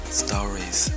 stories